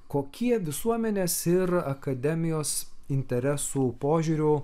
kokie visuomenės ir akademijos interesų požiūriu